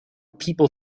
people